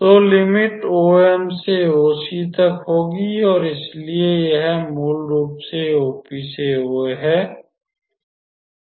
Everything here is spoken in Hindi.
तो लिमिट OM से OC तक होगी और इसलिए यह मूल रूप से OP से OA है